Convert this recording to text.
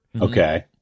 okay